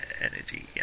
energy